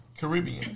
Caribbean